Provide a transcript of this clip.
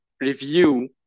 review